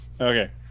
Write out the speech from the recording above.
Okay